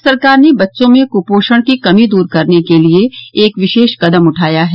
प्रदेश सरकार ने बच्चों में कुपोषण की कमी दूर करने के लिए एक विशेष कदम उठाया है